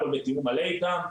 הכול בתיאום מלא איתם.